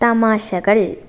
തമാശകള്